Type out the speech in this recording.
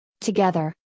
together